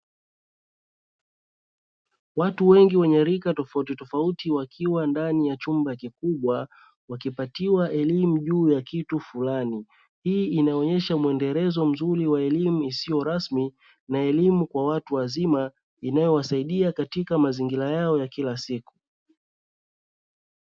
Watu wengi wenye rika tofauti tofauti wakiwa ndani ya chumba kikubwa, wakipatiwa elimu juu ya kitu fulani. Hii inaonyesha muendelezo mzuri wa elimu isiyo rasmi na elimu kwa watu wazima inayowasaidia katika mazingira yao ya kila siku.